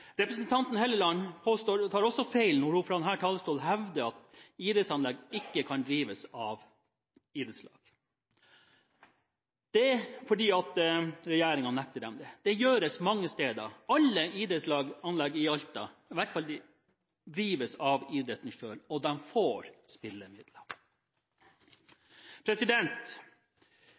Representanten Hofstad Helleland tar også feil når hun fra denne talerstolen hevder at idrettsanlegg ikke kan drives av idrettslag fordi regjeringen nekter dem det. Det gjøres mange steder. Alle idrettsanlegg i Alta drives av idretten selv, og de får spillemidler.